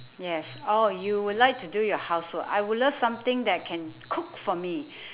yes oh you would like to do your housework I would love something that can cook for me